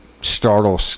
startle